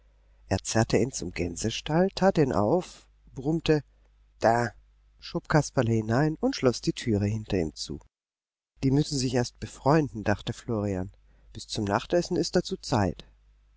er zerrte ihn zum gänsestall tat den auf brummte da schob kasperle hinein und schloß die türe hinter ihm zu die müssen sich erst befreunden dachte florian bis zum nachtessen ist dazu zeit